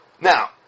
Now